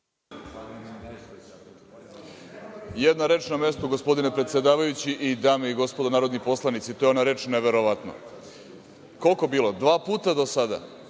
Jedna reč na mestu, gospodine predsedavajući, dame i gospodo narodni poslanici, i to ona reč – neverovatno. Koliko je bilo, dva puta do sada.